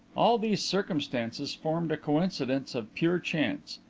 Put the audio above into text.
all these circumstances formed a coincidence of pure chance.